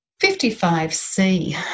55C